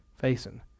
facing